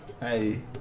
Hey